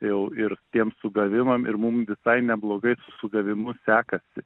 jau ir tiem sugavimam ir mum visai neblogai su sugavimu sekasi